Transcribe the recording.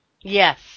Yes